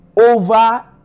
over